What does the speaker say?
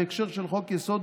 בהקשר של חוק-יסוד: